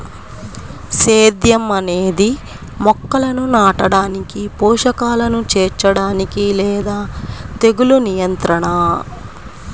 సేద్యం అనేది మొక్కలను నాటడానికి, పోషకాలను చేర్చడానికి లేదా తెగులు నియంత్రణ